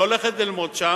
והיא הולכת ללמוד שם.